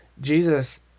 Jesus